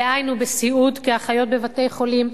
דהיינו בסיעוד כאחיות בבתי-חולים,